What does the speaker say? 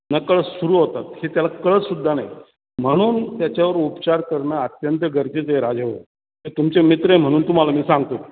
नकळत सुरू होतात हे त्याला कळत सुद्धा नाही म्हणून त्याच्यावर उपचार करणं अत्यंत गरजेचे आहे राजाभाऊ ते तुमचे मित्र आहे म्हणून तुम्हाला मी सांगतो